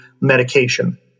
medication